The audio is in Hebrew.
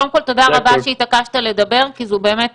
קודם כל תודה רבה שהתעקשת לדבר כי זו באמת